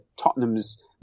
Tottenham's